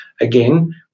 Again